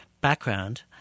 background